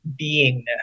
beingness